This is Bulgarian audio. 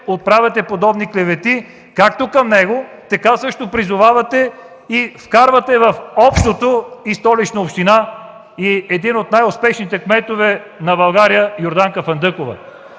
отправяте подобни клевети както към него, така също призовавате и вкарвате в общото и Столична община, и един от най-успешните кметове на България – Йорданка Фандъкова.